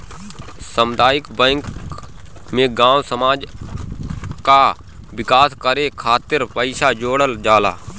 सामुदायिक बैंक में गांव समाज कअ विकास करे खातिर पईसा जोड़ल जाला